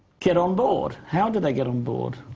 get on board? how do they get on board?